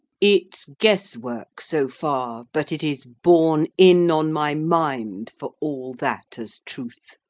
it's guess-work, so far, but it is borne in on my mind, for all that, as truth.